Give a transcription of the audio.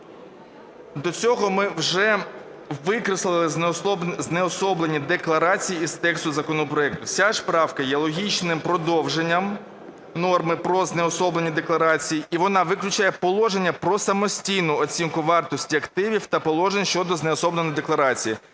До всього ми вже викреслили "знеособлення декларації" із тексту законопроекту. Ця ж правка є логічним продовженням норми про знеособлення декларації, і вона виключає положення про самостійну оцінку вартості активів та положень щодо знеособлення декларації.